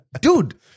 Dude